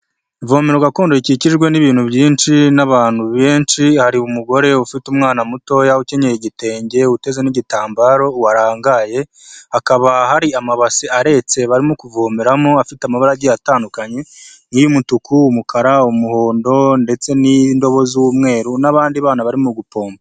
Ivomero gakondo rikikijwe n'ibintu byinshi n'abantu benshi, hari umugore ufite umwana mutoya, ukenyeye igitenge, uteze n'igitambaro, warangaye, hakaba hari amabasi aretse barimo kuvomeramo afite amabara agiye atandukanye, nk'iy'umutuku, umukara, umuhondo ndetse n'indobo z'umweru n'abandi bana barimo gupompa.